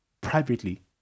privately